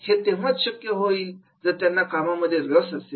हे तेव्हाच शक्य होईल जर त्यांना कामामध्ये रस असेल